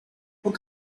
what